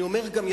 אני אומר גם,